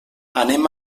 anem